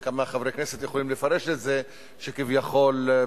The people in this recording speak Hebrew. חובה לפרסם ולדווח לוועדת הפנים והגנת הסביבה,